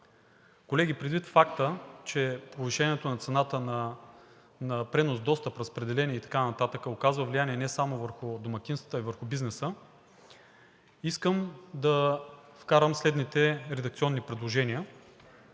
Колеги, предвид факта, че повишението на цената на пренос, достъп, разпределение и така нататък оказва влияние не само върху домакинствата, а и върху бизнеса, искам да вкарам следните редакционни предложения.